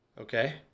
Okay